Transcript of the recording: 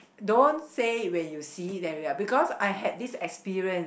don't say when you see it that way because I have this experience